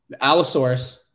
allosaurus